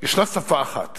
יש שפה אחת